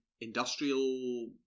industrial